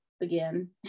again